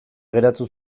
geratu